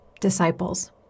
disciples